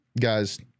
Guys